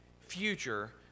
future